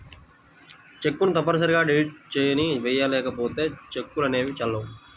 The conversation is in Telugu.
చెక్కును తప్పనిసరిగా డేట్ ని వెయ్యాలి లేకపోతే చెక్కులు అనేవి చెల్లవు